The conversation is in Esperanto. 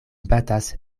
batas